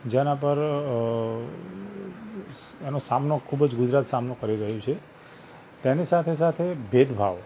જેના પર એનો સામનો ખૂબ જ ગુજરાત સામનો કરી રહ્યું છે તેની સાથે સાથે ભેદભાવ